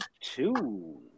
two